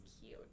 cute